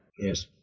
Yes